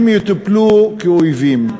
הם יטופלו כאויבים.